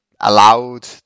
allowed